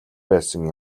байсан